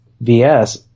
vs